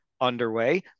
underway